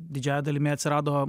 didžiąja dalimi atsirado